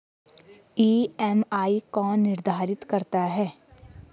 EMI कौन निर्धारित करता है?